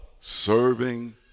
serving